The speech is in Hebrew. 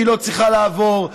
היא לא צריכה לעבור.